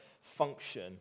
function